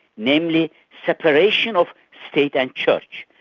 namely separation of state and church.